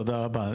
תודה רבה.